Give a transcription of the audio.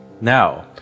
Now